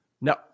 No